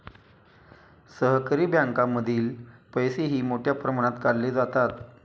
सहकारी बँकांमधील पैसेही मोठ्या प्रमाणात काढले जातात